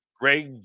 Greg